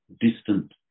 distant